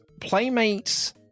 Playmates